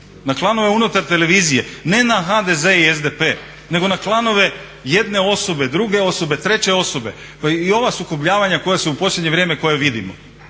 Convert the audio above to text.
na klanove unutar televizije, ne na HDZ i SDP nego na klanove jedne osobe, druge osobe, treće osobe. Pa i ova sukobljavanja koja su u posljednje vrijeme koja vidimo